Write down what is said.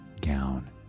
gown